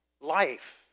life